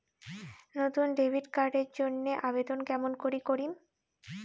নতুন debit card এর জন্যে আবেদন কেমন করি করিম?